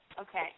Okay